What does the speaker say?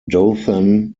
dothan